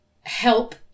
help